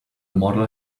model